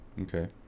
Okay